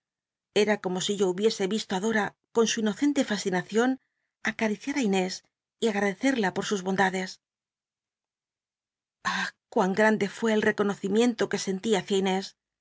era como si yo hubie e yislo i dora con su inocente fascinacion acariciar oí inés y agradecerla por sus bondades ah cmin gl'ande fué el reconocimiento qne sentí